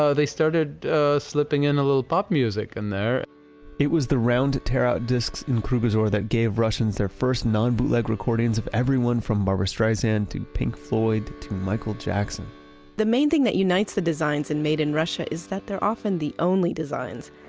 so they started slipping in a little pop music in there it was the round tear-out discs in krugozor that gave russians their first non-bootleg recordings of everyone from barbra streisand to pink floyd to michael jackson the main thing that unites the designs in made in russia is that they're often the only designs.